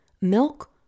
milk